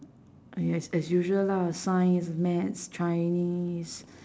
yes as usual lah science maths chinese